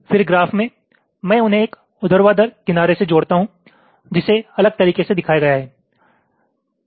फिर ग्राफ में मैं उन्हें एक ऊर्ध्वाधर किनारे से जोड़ता हूं जिसे अलग तरीके से दिखाया गया है